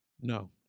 no